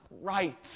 right